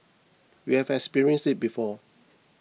we have experienced it before